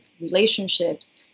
relationships